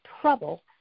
trouble